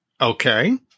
Okay